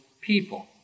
people